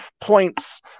points